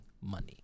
money